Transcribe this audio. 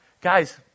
Guys